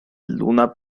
luna